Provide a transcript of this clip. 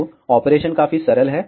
तो आपरेशन काफी सरल है